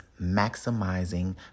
maximizing